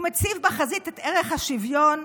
הוא מציב בחזית את ערך השוויון,